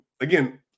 Again